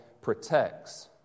protects